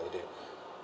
that